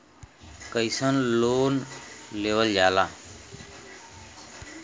कैसे लोन लेवल जाला?